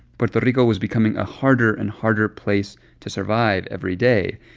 but but rico was becoming a harder and harder place to survive every day.